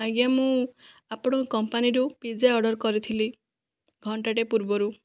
ଆଜ୍ଞା ମୁଁ ଆପଣଙ୍କ କମ୍ପାନୀରୁ ପିଜ୍ଜା ଅର୍ଡ଼ର କରିଥିଲି ଘଣ୍ଟାଟିଏ ପୂର୍ବରୁ